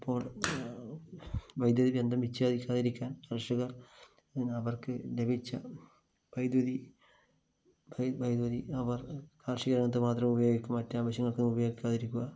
അപ്പോള് വൈദ്യുതി ബന്ധം വിച്ഛേദിക്കാതിരിക്കാന് കര്ഷകര് അവര്ക്ക് ലഭിച്ച വൈദ്യുതി വൈദ്യുതി അവര് കാര്ഷിക രംഗത്ത് മാത്രം ഉപയോഗിക്കുക മറ്റ് ആവശ്യങ്ങള്ക്ക് ഉപയോഗിക്കാതിരിക്കുക